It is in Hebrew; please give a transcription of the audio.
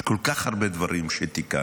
יש כל כך הרבה דברים שתיקנו.